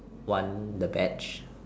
one the batch